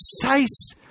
precise